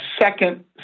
second